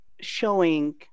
showing